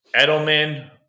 Edelman